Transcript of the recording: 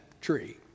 tree